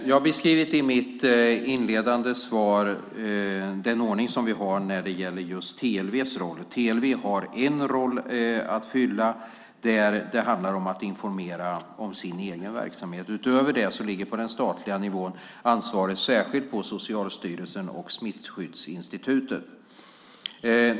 Fru talman! I mitt inledande svar har jag beskrivit den ordning vi har när det gäller just TLV:s roll. TLV har rollen att informera om sin egen verksamhet. Utöver det ligger på den statliga nivån ansvaret särskilt på Socialstyrelsen och Smittskyddsinstitutet.